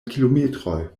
kilometroj